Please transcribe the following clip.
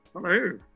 Hello